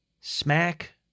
smack